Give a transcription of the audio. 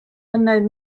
unknown